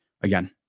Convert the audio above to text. Again